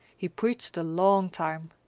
he preached a long time.